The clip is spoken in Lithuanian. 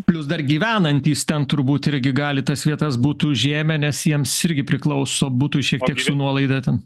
plius dar gyvenantys ten turbūt irgi gali tas vietas būt užėmę nes jiems irgi priklauso būtų šiek tiek su nuolaida ten